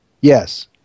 yes